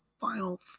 final